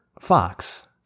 Fox